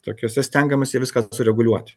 tokiose stengiamasi viską sureguliuoti